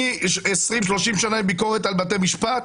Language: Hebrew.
אני 20-30 שנה עם ביקורת על בתי משפט,